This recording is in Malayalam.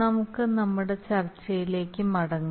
നമുക്ക് നമ്മുടെ ചർച്ചയിലേക്ക് മടങ്ങാം